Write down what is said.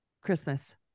Christmas